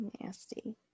Nasty